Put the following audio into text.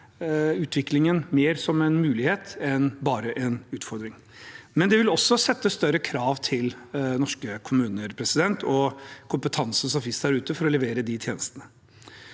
utviklingen mer som en mulighet enn bare som en utfordring. Men det vil også stille større krav til norske kommuner, og til kompetanse som finnes der ute for å levere de tjenestene.